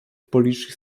policzki